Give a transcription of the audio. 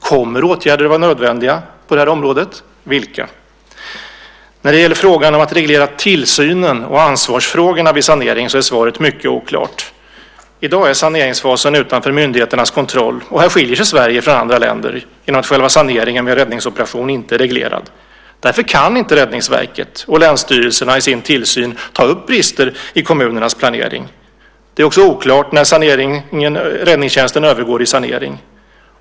Kommer åtgärder att vara nödvändiga på det här området, och vilka i så fall? När det gäller frågan om att reglera tillsynen och ansvarsfrågorna vid saneringen är svaret mycket oklart. I dag är saneringsfasen utanför myndigheternas kontroll, och här skiljer sig Sverige från andra länder genom att själva saneringen vid en räddningsoperation inte är reglerad. Därför kan inte Räddningsverket och länsstyrelserna i sin tillsyn ta upp bristerna i kommunernas planering. Det är också oklart när räddningstjänsten övergår i sanering.